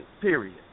period